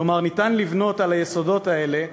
כלומר, ניתן לבנות על היסודות האלה בניינים,